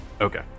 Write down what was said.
okay